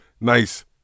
nice